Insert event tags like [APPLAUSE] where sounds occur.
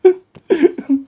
[LAUGHS]